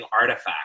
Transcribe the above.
artifact